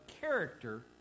character